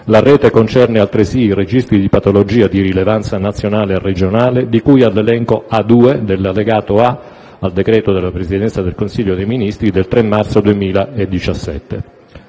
La Rete concerne altresì i registri di patologia di rilevanza nazionale e regionale, di cui all'elenco A2 dell'allegato A al decreto della Presidenza del Consiglio dei ministri del 3 marzo 2017.